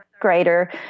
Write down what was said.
grader